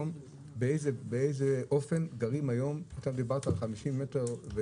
באיזה אופן גרים היום אתה דיברת על 50 מטר,